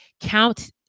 count